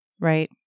Right